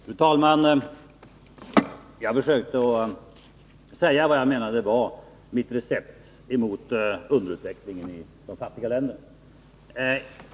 Fru talman! Jag försökte säga vad jag menade var mitt recept mot underutvecklingen i de fattiga länderna.